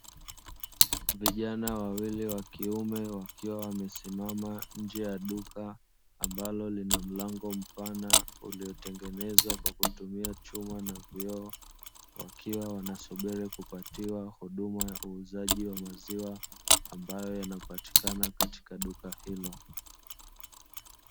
Vijana wawili wa kiume wakiwa wamesimama nje ya duka ambalo lina mlango mpana, uliotengenezwa kwa kutumia chuma na vioo wakiwa wanasubiri kupatiwa huduma ya uuzaji wa maziwa ambayo yanapatikana katika duka hilo.